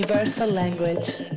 language